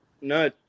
no